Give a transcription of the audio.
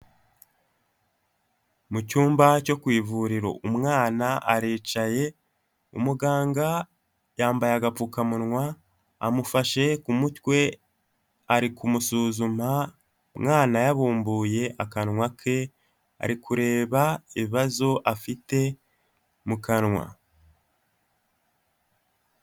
Mu cyumba cyo ku ivuriro umwana aricaye, umuganga yambaye agapfukamunwa, amufashe ku mutwe ari kumusuzuma umwana yabumbuye akanwa ke, ari kureba ibibazo afite mu kanwa.